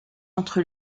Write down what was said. entre